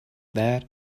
that